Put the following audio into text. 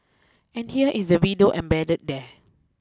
and here is the video embedded there